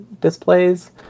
Displays